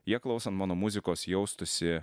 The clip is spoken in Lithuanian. jie klausant mano muzikos jaustųsi